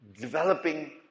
developing